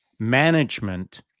management